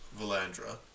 Valandra